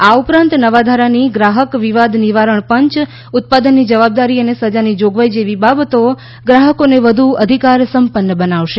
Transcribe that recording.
આ ઉપરાંત નવા ધારાની ગ્રાહક વિવાદ નિવારણ પંચ ઉત્પાદનની જવાબદારી અને સજાની જોગવાઈ જેવી બાબતો ગ્રાહકોને વધુ અધિકારસંપન્ન બનાવશે